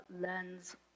lens